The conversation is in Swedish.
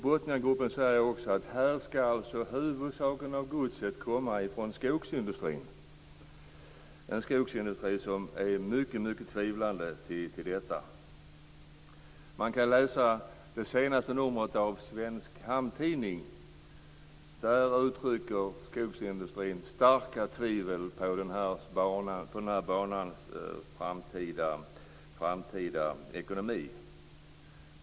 Botniagruppen säger också att huvuddelen av godset skall komma från skogsindustrin, en skogsindustri som är mycket tvivlande till detta. Man kan läsa om det här i det senaste numret av Svensk hamntidning. Där uttrycker skogsindustrin starka tvivel på den här banans framtida ekonomi.